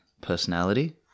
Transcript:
personality